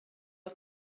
auf